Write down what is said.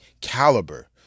caliber